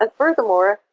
but furthermore,